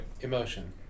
Emotion